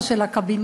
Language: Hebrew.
או של הקבינט,